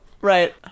Right